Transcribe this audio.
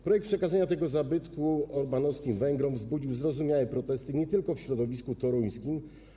Projekt przekazania tego zabytku orbánowskim Węgrom wzbudził zrozumiałe protesty nie tylko w środowisku toruńskim.